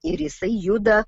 ir jisai juda